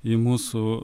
į mūsų